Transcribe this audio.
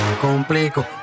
complico